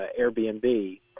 Airbnb